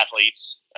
athletes